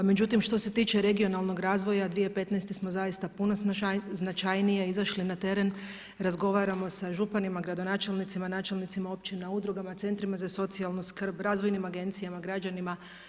Međutim, što se tiče regionalnog razvoja 2015. smo zaista puno značajnije izašli na teren, razgovaramo sa županima, gradonačelnicima, načelnicima općina, udrugama, centrima za socijalnu skrb, razvojnim agencijama, građanima.